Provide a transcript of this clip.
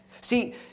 See